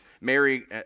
Mary